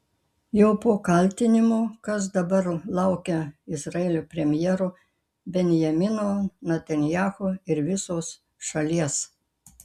jau po kaltinimų kas dabar laukia izraelio premjero benjamino netanyahu ir visos šalies